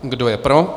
Kdo je pro?